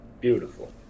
beautiful